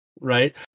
Right